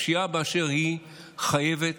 פשיעה באשר היא חייבת